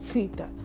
Sita